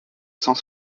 cent